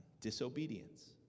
disobedience